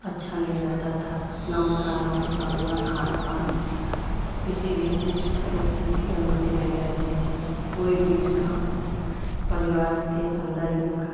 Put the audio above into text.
अच्छा नहीं रहता था ना उनका रहन सहन न खान पान किसी भी चीज़ को उनकी अनुमति नहीं रहेती थी कोई भी काम हो परिवार के अंदर ही उनका